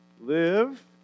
Live